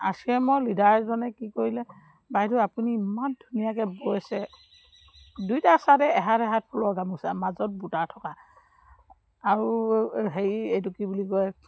আছে মোৰ লিডাৰজনে কি কৰিলে বাইদেউ আপুনি ইমান ধুনীয়াকৈ বৈছে দুয়োটা চাইডে এহাত এহাত ফুলৰ গামোচা মাজত বুটা থকা আৰু হেৰি এইটো কি বুলি কয়